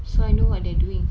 so I know what they are doing